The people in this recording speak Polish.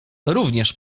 również